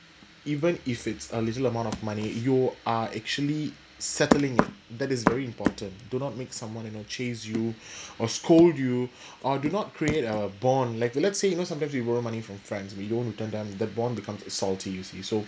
even if it's a little amount of money you are actually settling it that is very important do not make someone you know chase you or scold you or do not create a bond like let's say you know sometimes you borrow money from friends but you don't return them the bond becomes salty you see so